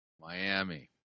Miami